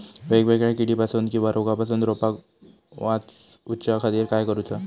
वेगवेगल्या किडीपासून किवा रोगापासून रोपाक वाचउच्या खातीर काय करूचा?